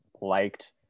liked